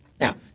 Now